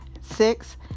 Six